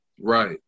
Right